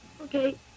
Okay